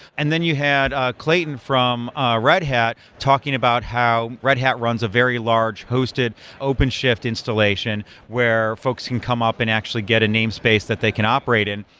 and then you had ah clayton from ah red hat talking about how red hat runs a very large hosted open shift installation where folks can come up and actually get a namespace that they can operate in.